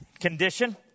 condition